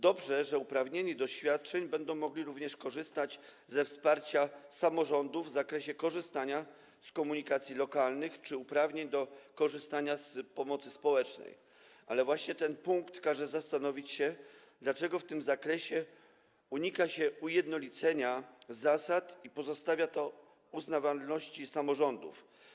Dobrze, że uprawnieni do świadczeń będą mogli również korzystać ze wsparcia samorządów w zakresie korzystania z komunikacji lokalnej czy uprawnień do korzystania z pomocy społecznej, ale właśnie ten punkt każe się zastanowić, dlaczego w tym zakresie unika się ujednolicenia zasad i pozostawia się to uznaniowości samorządów.